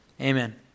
amen